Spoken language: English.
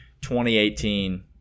2018